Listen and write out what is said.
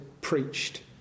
preached